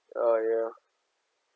oh ya